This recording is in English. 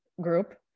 group